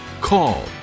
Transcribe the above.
call